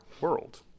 world